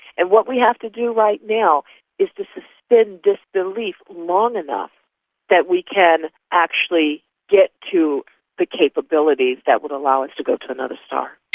and what we have to do right now is to suspend disbelief long enough that we can actually get to the capabilities that would allow us to go to another star.